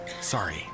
Sorry